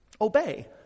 Obey